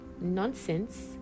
nonsense